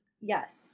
Yes